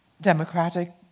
democratic